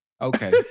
Okay